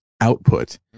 output